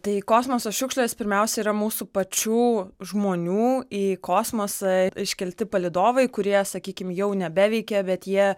tai kosmoso šiukšlės pirmiausia yra mūsų pačių žmonių į kosmosą iškelti palydovai kurie sakykim jau nebeveikia bet jie